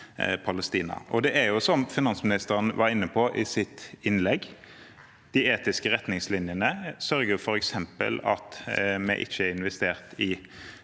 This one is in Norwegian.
Det er jo som finansministeren var inne på i sitt innlegg: De etiske retningslinjene sørger f.eks. for at vi ikke er investert i